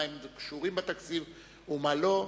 מהם הדברים שקשורים בתקציב ומה לא.